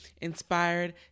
inspired